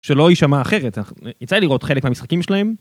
שלא יישמע אחרת, יצא לי לראות חלק מהמשחקים שלהם.